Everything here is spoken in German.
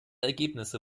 ergebnisse